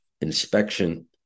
inspection